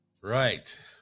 right